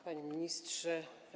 Panie Ministrze!